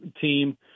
team